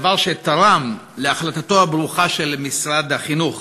דבר שתרם להחלטתו הברוכה של משרד החינוך.